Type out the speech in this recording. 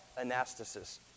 anastasis